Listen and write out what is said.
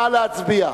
נא להצביע.